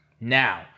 Now